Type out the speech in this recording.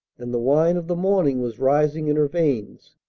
and the wine of the morning was rising in her veins.